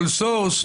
sole source,